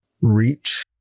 reach